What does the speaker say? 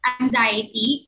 anxiety